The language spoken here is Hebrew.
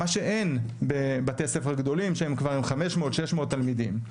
מה שאין בבתי ספר גדולים שהם כבר עם 500-600 תלמידים.